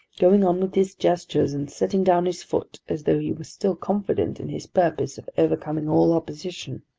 going on with his gestures, and setting down his foot as though he were still confident in his purpose of overcoming all opposition.